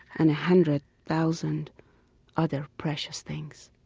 and a hundred thousand other precious things